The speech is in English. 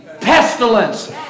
pestilence